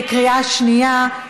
בקריאה שנייה.